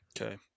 okay